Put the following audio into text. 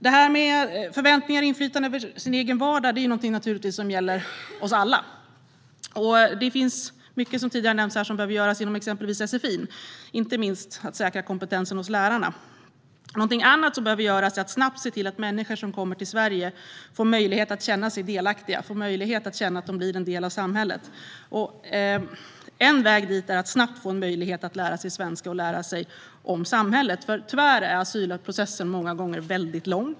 Det här med förväntningar och inflytande över sin egen vardag är naturligtvis någonting som gäller oss alla. Som tidigare har nämnts finns det mycket som behöver göras inom exempelvis sfi, inte minst att säkra kompetensen hos lärarna. Någonting annat som behöver göras är att snabbt se till att människor som kommer till Sverige får möjlighet att känna sig delaktiga och känna att de blir en del av samhället. En väg dit är att snabbt få en möjlighet att lära sig svenska och lära sig om samhället. Tyvärr är asylprocessen många gånger väldigt lång.